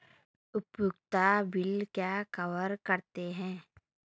उपयोगिता बिल क्या कवर करते हैं?